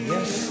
Yes